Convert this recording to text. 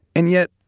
and yet,